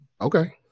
Okay